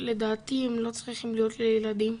שלדעתי הם לא צריכים להיות לילדים,